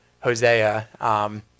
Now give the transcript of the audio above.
Hosea